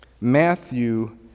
Matthew